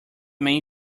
main